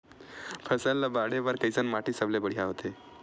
फसल ला बाढ़े बर कैसन माटी सबले बढ़िया होथे?